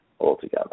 altogether